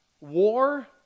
war